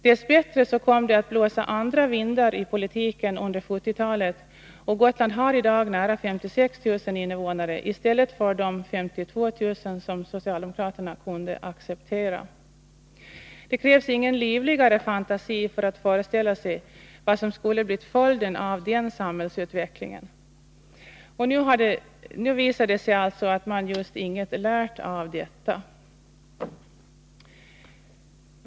Dess bättre kom det att blåsa andra vindar i politiken under 1970-talet, och Gotland har i dag nära 56 000 innevånare i stället för de 52 000 som socialdemokraterna kunde acceptera. Det krävs ingen livligare fantasi för att föreställa sig vad som skulle ha blivit följden av den samhällsutvecklingen. Och nu visar det sig alltså att man just inget lärt av detta.